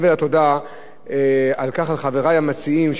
מעבר לתודה לחברי המציעים,